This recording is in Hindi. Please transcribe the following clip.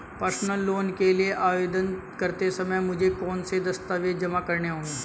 पर्सनल लोन के लिए आवेदन करते समय मुझे कौन से दस्तावेज़ जमा करने होंगे?